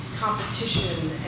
competition